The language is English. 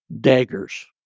Daggers